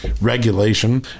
regulation